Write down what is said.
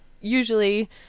usually